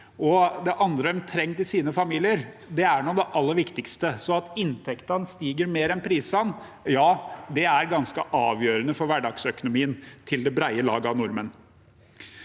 det andre de trenger til sine familier, er det det aller viktigste. At inntektene stiger mer enn prisene, er altså ganske avgjørende for hverdagsøkonomien til det brede lag av nordmenn.